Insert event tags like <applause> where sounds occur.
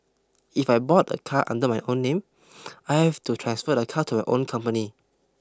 if I bought a car under my own name <noise> I have to transfer the car to my own company